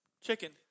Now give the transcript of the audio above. Chicken